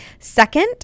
Second